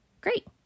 great